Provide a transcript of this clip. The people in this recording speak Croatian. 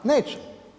Neće.